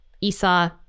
Esau